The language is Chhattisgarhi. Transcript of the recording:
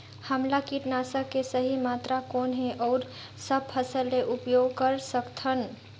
हमला कीटनाशक के सही मात्रा कौन हे अउ कब फसल मे उपयोग कर सकत हन?